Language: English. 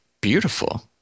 beautiful